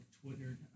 Twitter